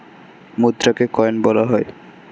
মুদ্রাকে coin বলা হয়